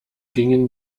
gingen